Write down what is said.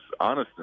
honestness